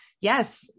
Yes